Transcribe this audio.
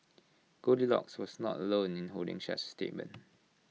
goldilocks was not alone in holding such A sentiment